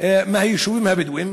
מהיישובים הבדואיים,